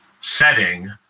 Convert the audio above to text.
setting